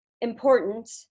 important